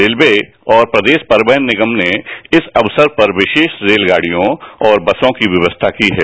railway और प्रदेश परिवहन निगम ने इस अवसर पर विशेष रेलगाड़ियों और बसों की व्यवस्था की है